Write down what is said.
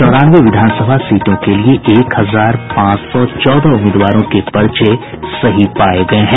चौरानवे विधानसभा सीटों के लिए एक हजार पांच सौ चौदह उम्मीदवारों के पर्चे सही पाये गये हैं